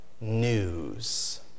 news